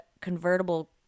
convertible